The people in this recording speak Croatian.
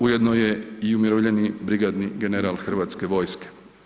Ujedno i umirovljeni brigadni general Hrvatske vojske.